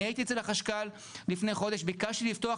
הייתי אצל החשכ"ל לפני חודש וביקשתי לפתוח